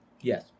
Yes